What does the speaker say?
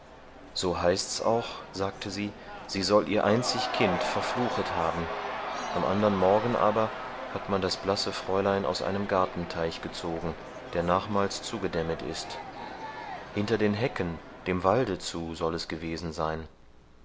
so heißt's auch sagte sie sie soll ihr einzig kind verfluchet haben am andern morgen aber hat man das blasse fräulein aus einem gartenteich gezogen der nachmals zugedämmet ist hinter den hecken dem walde zu soll es gewesen sein